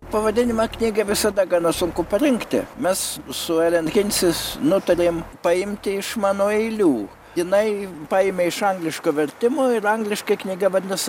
pavadinimą knygai visada gana sunku parinkti mes su elen hinsis nutarėm paimti iš mano eilių jinai paėmė iš angliško vertimo ir angliškai knyga vadinasi